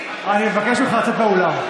אני מבקש ממך לצאת מהאולם.